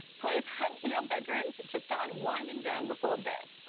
please head to your bedrooms to start winding down before bed.